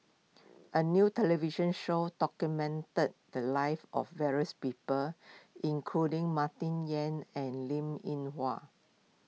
a new television show documented the lives of various people including Martin Yan and Linn in Hua